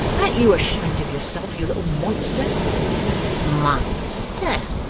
an't you ashamed of yourself, you little monster monster!